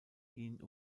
ihn